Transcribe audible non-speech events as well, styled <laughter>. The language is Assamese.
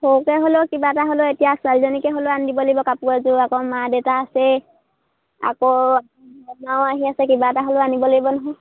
সৰুকৈ হ'লেও কিবা এটা হ'লেও এতিয়া ছোৱালীজনীকে হ'লেও আনি দিব লাগিব কাপোৰ এযোৰ আকৌ মা দেউেতা আছেই আকৌ <unintelligible> মাও আহি আছে কিবা এটা হ'লেও আনিব লাগিব নহয়